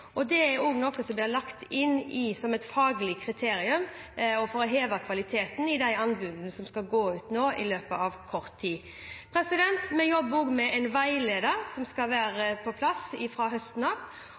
skoleansvarlig. Det er også noe som blir lagt inn som et faglig kriterium for å heve kvaliteten i de anbudene som skal gå ut nå i løpet av kort tid. Vi jobber også med en veileder som skal være på plass fra høsten av.